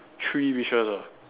three wishes ah